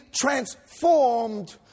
transformed